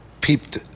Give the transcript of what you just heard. peeped